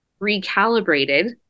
recalibrated